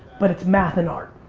but it's math and art.